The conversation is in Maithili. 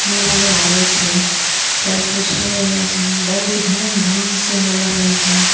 मेला लागै छै सब किछु हो रहल छनि बहुत धूम धामसँ हो रहल छनि